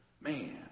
Man